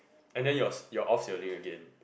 and then yours you off sailing again